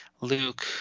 Luke